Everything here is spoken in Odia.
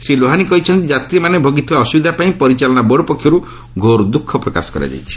ଶ୍ରୀ ଲୋହାନୀ କହିଛନ୍ତି ଯାତ୍ରୀମାନେ ଭୋଗିଥିବା ଅସୁବିଧା ପାଇଁ ପରିଚାଳନା ବୋର୍ଡ଼ ପକ୍ଷରୁ ଘୋର ଦ୍ୟୁଖ ପ୍ରକାଶ କରାଯାଇଛି